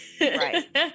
right